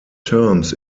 terms